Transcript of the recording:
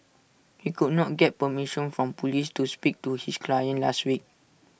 he could not get permission from Police to speak to his client last week